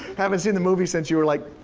haven't seen the movie since you were like,